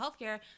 healthcare